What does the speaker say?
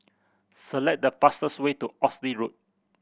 select the fastest way to Oxley Road